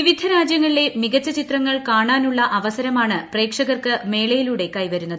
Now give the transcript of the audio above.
വിവിധ രാജ്യങ്ങളിലെ മികച്ചു ചിത്രങ്ങൾ കാണാനുള്ള അവസരമാണ് പ്രേക്ഷകർക്ക് മേളയിലൂടെ കൈവരുന്നത്